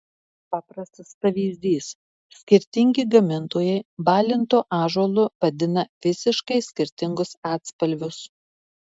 paprastas pavyzdys skirtingi gamintojai balintu ąžuolu vadina visiškai skirtingus atspalvius